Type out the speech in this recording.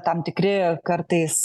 tam tikri kartais